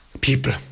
people